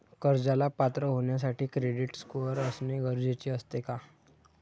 कर्जाला पात्र होण्यासाठी क्रेडिट स्कोअर असणे गरजेचे असते का?